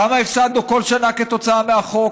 כמה הפסדנו כל שנה כתוצאה מהחוק